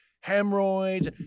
hemorrhoids